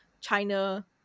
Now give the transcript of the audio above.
China